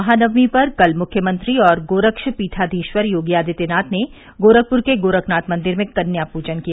महानवमी पर कल मुख्यमंत्री और गोरक्षपीठाधीश्वर योगी आदित्यनाथ ने गोरखपुर के गोरखनाथ मंदिर में कन्या पूजन किया